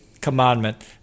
commandment